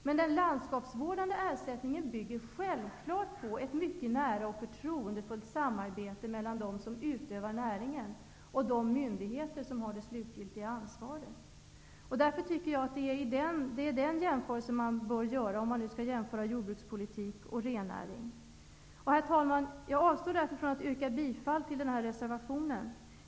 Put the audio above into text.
Men den landskapsvårdande ersättningen bygger självfallet på ett mycket nära och förtroendefullt samarbete mellan dem som utövar näringen och de myndigheter som har det slutgiltiga ansvaret. Om man nu skall jämföra jordbrukspolitik och rennäring, är det den jämförelsen som man bör göra. Herr talman! Jag avstår således från att yrka bifall till reservationen.